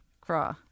craw